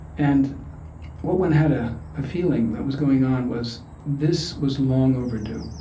and what one had a feeling that was going on was this was long overdue.